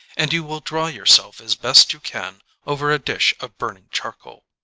and you will dry yourself as best you can over a dish of burning charcoal.